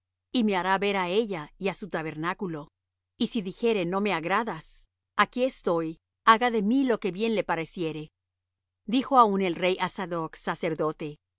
y me hará ver á ella y á su tabernáculo y si dijere no me agradas aquí estoy haga de mí lo que bien le pareciere dijo aún el rey á sadoc sacerdote